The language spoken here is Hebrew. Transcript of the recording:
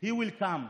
he will come.